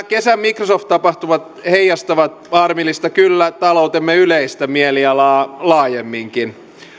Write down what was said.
kesän microsoft tapahtumat heijastavat harmillista kyllä taloutemme yleistä mielialaa laajemminkin